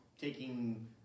taking